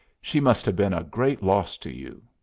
she must have been a great loss to you?